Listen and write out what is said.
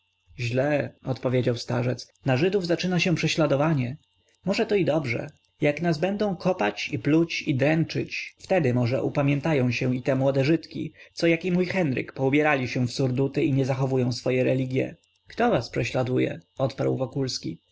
źle odpowiedział starzec na żydów zaczyna się prześladowanie może to i dobrze jak nas będą kopać i pluć i dręczyć wtedy może upamiętają się i te młode żydki co jak mój henryk poubierali się w surduty i nie zachowują swoje religie kto was prześladuje odparł wokulski